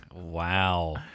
Wow